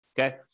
Okay